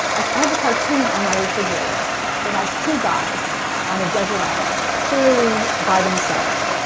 i have a cartoon on my refrigerator that has two guys on a desert island, clearly by themselves.